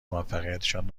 موفقیتشان